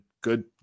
good